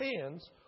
hands